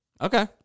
Okay